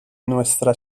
nuestra